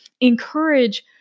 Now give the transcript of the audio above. encourage